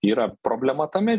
yra problema tame